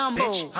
bitch